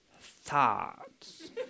thoughts